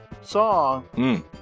song